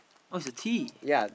oh it's a tea